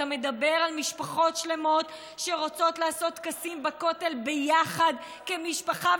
אתה מדבר על משפחות שלמות שרוצות לעשות טקסים בכותל ביחד כמשפחה,